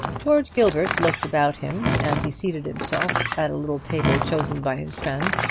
george gilbert looked about him as he seated himself at a little table chosen by his friend,